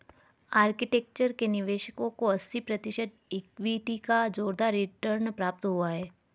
architecture के निवेशकों को अस्सी प्रतिशत इक्विटी का जोरदार रिटर्न प्राप्त हुआ है